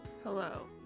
Hello